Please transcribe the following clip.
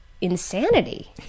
insanity